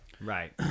right